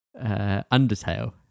Undertale